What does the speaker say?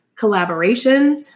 Collaborations